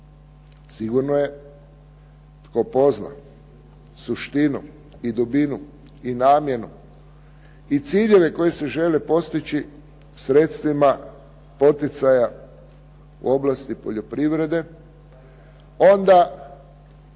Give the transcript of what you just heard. Sigurno je tko pozna suštinu i dubinu i namjenu i ciljeve koji se žele postići sredstvima poticaja oblasti poljoprivrede onda